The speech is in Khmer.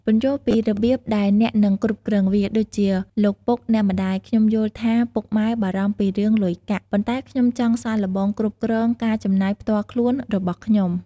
ពន្យល់ពីរបៀបដែលអ្នកនឹង គ្រប់គ្រងវា ដូចជា "លោកពុក អ្នកម្ដាយ ខ្ញុំយល់ថាពុកម៉ែបារម្ភពីរឿងលុយកាក់ ប៉ុន្តែខ្ញុំចង់សាកល្បងគ្រប់គ្រងការចំណាយផ្ទាល់ខ្លួនរបស់ខ្ញុំ។